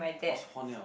what's hua-niao